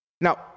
Now